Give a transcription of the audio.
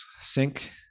sync